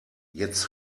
jetzt